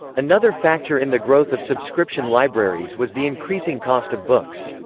another factor in the growth of subscription libraries was the increasing cost of books.